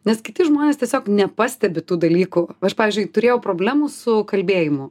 nes kiti žmonės tiesiog nepastebi tų dalykų aš pavyzdžiui turėjau problemų su kalbėjimu